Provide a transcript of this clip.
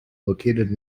located